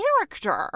character